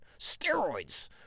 Steroids